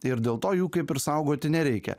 ir dėl to jų kaip ir saugoti nereikia